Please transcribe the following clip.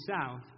south